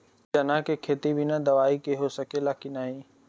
चना के खेती बिना दवाई के हो सकेला की नाही?